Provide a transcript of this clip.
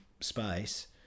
space